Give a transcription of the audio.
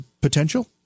potential